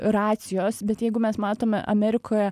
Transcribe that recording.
racijos bet jeigu mes matome amerikoje